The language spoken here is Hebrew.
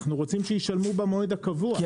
אנחנו רוצים שישלמו במועד הקבוע.